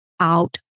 out